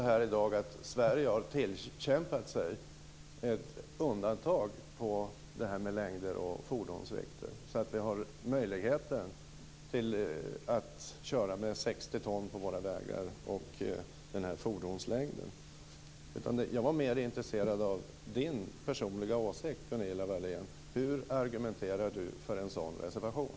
Herr talman! Sverige har tillkämpat sig ett undantag på det här med längder och fordonsvikter så att vi har möjlighet att köra med 60 ton på våra vägar och med vår fordonslängd. Jag var mer intresserad av Gunilla Wahléns personliga åsikt: Hur argumenterar hon för en sådan reservation?